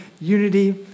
unity